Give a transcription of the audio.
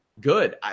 good